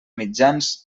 mitjans